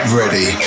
ready